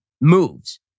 moves